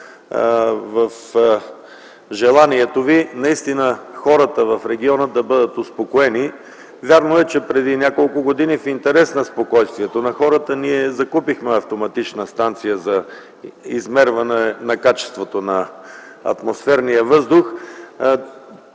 Вярно е, че преди няколко години в интерес на спокойствието на хората ние закупихме автоматична станция за измерване на качеството на атмосферния въздух.